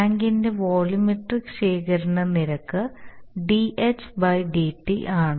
ടാങ്കിന്റെ വോള്യൂമെട്രിക് ശേഖരണ നിരക്ക് dH dt ആണ്